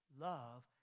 love